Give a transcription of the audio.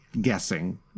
guessing